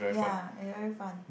ya is very fun